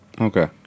Okay